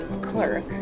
clerk